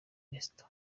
resitora